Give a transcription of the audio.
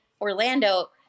Orlando